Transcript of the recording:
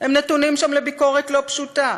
הם נתונים שם לביקורת לא פשוטה,